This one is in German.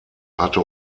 hatte